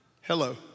hello